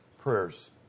prayers